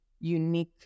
unique